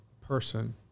person